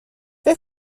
فکر